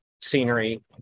scenery